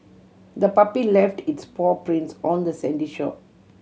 the puppy left its paw prints on the sandy shore